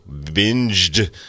binged